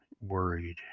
worried